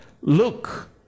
look